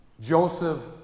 Joseph